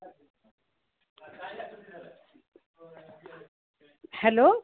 hello